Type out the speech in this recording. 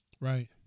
Right